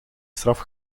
straf